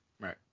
right